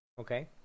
Okay